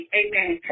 amen